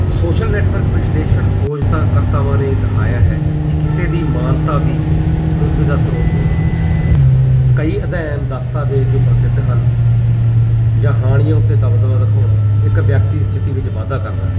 social network ਵਿਸ਼ਲੇਸ਼ਣ ਖੋਜਕਰਤਾਵਾਂ ਨੇ ਦਿਖਾਇਆ ਹੈ ਕਿ ਕਿਸੇ ਦੀ ਮਾਨਤਾ ਵੀ ਰੁਤਬੇ ਦਾ ਸਰੋਤ ਹੋ ਸਕਦੀ ਹੈ ਕਈ ਅਧਿਐਨ ਦਸਤਾਵੇਜ਼ ਜੋ ਪ੍ਰਸਿੱਧ ਹਨ ਜਾਂ ਹਾਣੀਆਂ ਉੱਥੇ ਦਬਦਬਾ ਦਿਖਾਉਣਾ ਇੱਕ ਵਿਅਕਤੀ ਦੀ ਸਥਿਤੀ ਵਿੱਚ ਵਾਧਾ ਕਰਦਾ ਹੈ